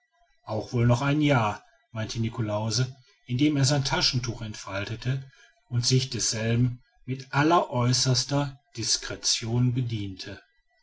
auch wohl noch ein jahr meinte niklausse indem er sein taschentuch entfaltete und sich desselben mit alleräußerster discretion bediente